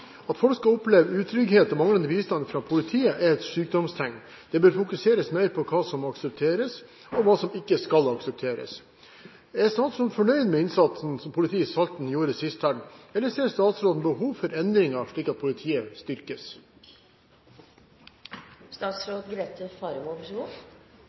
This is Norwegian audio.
At folk skal oppleve utrygghet og manglende bistand fra politiet er et sykdomstegn. Det bør fokuseres mer på hva som aksepteres, og hva som ikke skal aksepteres. Er statsråden fornøyd